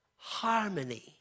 Harmony